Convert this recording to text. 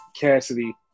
Cassidy